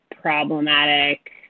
problematic